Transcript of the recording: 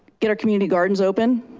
get our community gardens open,